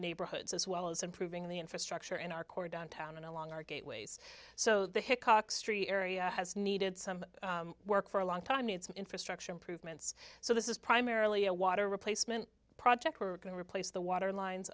neighborhoods as well as improving the infrastructure in our core downtown and along our gateways so the hickox tree area has needed some work for a long time needs infrastructure improvements so this is primarily a water replacement project we're going to replace the water lines